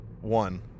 One